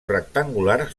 rectangular